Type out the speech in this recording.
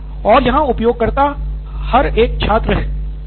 professor और यहाँ उपयोगकर्ता हर एक छात्र है